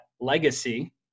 legacy